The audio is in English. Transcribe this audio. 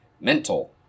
mental